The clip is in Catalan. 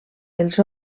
els